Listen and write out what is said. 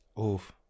Oof